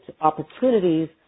opportunities